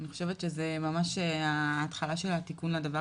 אני חושבת שזו ממש ההתחלה של התיקון לדבר